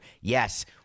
yes